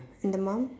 and the mum